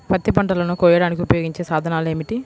పత్తి పంటలను కోయడానికి ఉపయోగించే సాధనాలు ఏమిటీ?